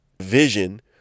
vision